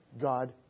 God